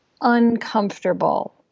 uncomfortable